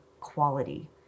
quality